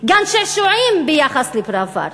גן-שעשועים ביחס לפראוור,